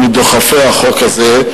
מדוחפי החוק הזה,